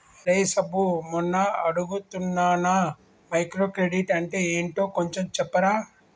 రేయ్ సబ్బు మొన్న అడుగుతున్నానా మైక్రో క్రెడిట్ అంటే ఏంటో కొంచెం చెప్పరా